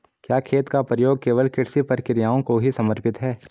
क्या खेत का प्रयोग केवल कृषि प्रक्रियाओं को ही समर्पित है?